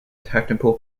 technical